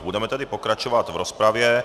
Budeme tedy pokračovat v rozpravě.